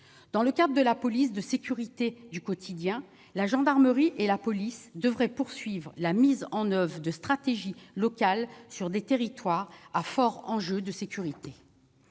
Dans le cadre de la police de sécurité du quotidien, la gendarmerie et la police devraient poursuivre la mise en oeuvre de stratégies locales sur des territoires à forts enjeux de sécurité.